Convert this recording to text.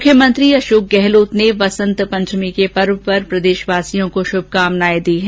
मुख्यमंत्री अशोक गहलोत ने वसंत पंचमी के पर्व पर प्रदेशवासियों को शुभकामनाएं दी है